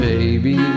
Baby